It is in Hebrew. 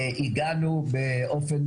הגענו באופן